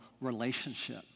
relationship